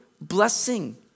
blessing